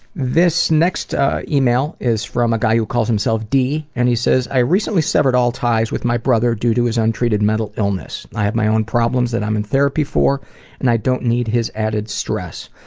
this next email is from a guy who calls himself d and he says, i recently severed all ties with my brother due to his untreated mental illness. i have my own problems that i'm in therapy for and i don't need his added stress.